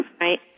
right